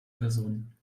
personen